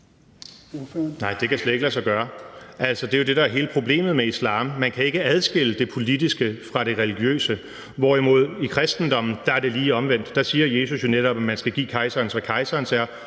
Nej, det kan slet ikke lade sig gøre. Det er jo det, der er hele problemet med islam, altså at man ikke kan adskille det politiske fra det religiøse, hvorimod det i kristendommen er lige omvendt. Der siger Jesus jo netop, at man skal give kejseren, hvad kejserens er,